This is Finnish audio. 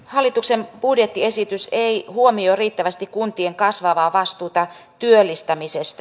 hallituksen budjettiesitys ei huomioi riittävästi kuntien kasvavaa vastuuta työllistämisestä